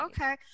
okay